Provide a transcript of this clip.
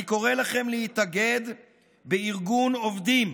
אני קורא לכם להתאגד בארגון עובדים,